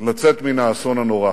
לצאת מן האסון הנורא.